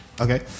Okay